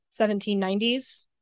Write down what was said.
1790s